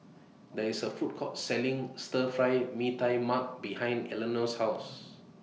There IS A Food Court Selling Stir Fry Mee Tai Mak behind Elinor's House